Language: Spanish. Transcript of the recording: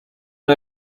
uno